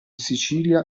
sicilia